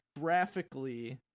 graphically